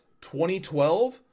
2012